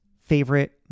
Favorite